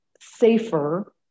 safer